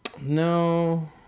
No